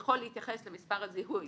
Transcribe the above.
יכול להתייחס למספר הזיהוי,